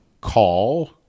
call—